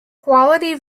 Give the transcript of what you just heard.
quality